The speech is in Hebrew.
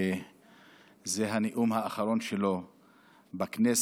שזה הנאום האחרון שלו בכנסת.